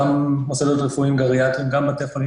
גם מוסדות רפואיים-גריאטריים וגם בתי חולים